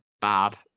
bad